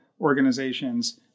organizations